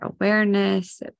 awareness